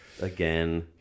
Again